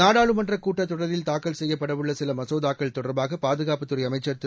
நாடாளுமன்ற கூட்டத் தொடரில் தாக்கல் செய்யப்படவுள்ள சில மசோதாக்கள் தொடர்பாக பாதுகாப்புத் துறை அமைச்சர் திரு